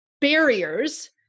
barriers